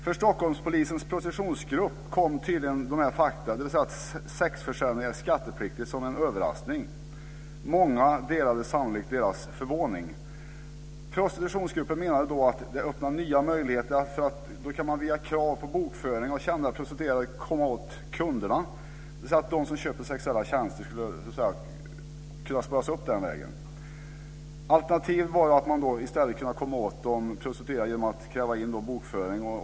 För Stockholmspolisens prostitutionsgrupp kom tydligen dessa fakta - dvs. att sexförsäljning är skattepliktig - som en överraskning. Många delade sannolikt denna förvåning. Prostitutionsgruppen menade då att detta öppnade nya möjligheter. Via krav på bokföring av kända prostituerade skulle man kunna komma åt kunderna, dvs. de som köper sexuella tjänster skulle kunna spåras upp den vägen. Alternativet var att man i stället skulle kunna komma åt de prostituerade genom att kräva in bokföring från dem.